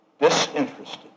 Disinterested